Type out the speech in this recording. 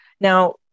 Now